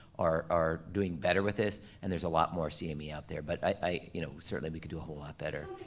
are are doing better with this, and there's a lot more cme yeah out there. but, you know certainly, we can do a whole lot better,